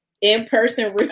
in-person